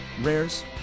rares